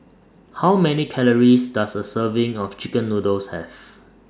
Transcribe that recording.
How Many Calories Does A Serving of Chicken Noodles Have